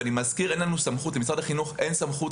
ואני מזכיר שלמשרד החינוך אין סמכות